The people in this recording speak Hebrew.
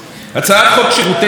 הצעת חוק שירותי תשלום,